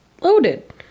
loaded